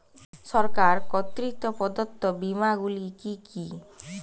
সরকার কর্তৃক প্রদত্ত বিমা গুলি কি কি?